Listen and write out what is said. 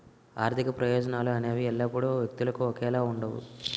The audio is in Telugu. ఆర్థిక ప్రయోజనాలు అనేవి ఎల్లప్పుడూ వ్యక్తులకు ఒకేలా ఉండవు